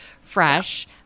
fresh